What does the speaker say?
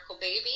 baby